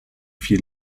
vier